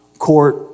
Court